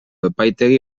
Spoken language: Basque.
epaitegi